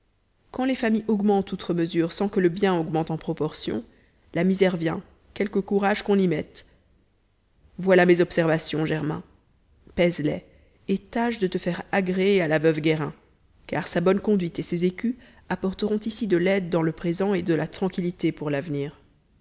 quand les familles augmentent outre mesure sans que le bien augmente en proportion la misère vient quelque courage qu'on y mette voilà mes observations germain pèse les et tâche de te faire agréer à la veuve guérin car sa bonne conduite et ses écus apporteront ici de l'aide dans le présent et de la tranquillité pour l'avenir